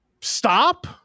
stop